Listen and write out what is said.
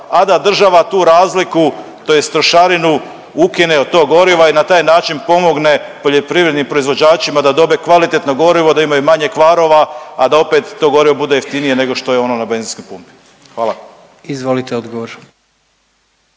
a da država tu razliku tj. trošarinu ukine od tog goriva i na taj način pomogne poljoprivrednim proizvođačima da dobe kvalitetno gorivo, da imaju manje kvarova, a da opet to gorivo bude jeftinije nego što je ono na benzinskim pumpama. Hvala. **Jandroković,